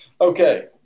Okay